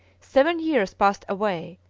seven years passed away,